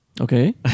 Okay